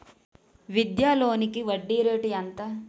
విద్యా లోనికి వడ్డీ రేటు ఎంత?